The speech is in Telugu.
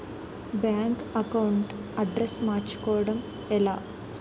బ్యాంక్ అకౌంట్ అడ్రెస్ మార్చుకోవడం ఎలా?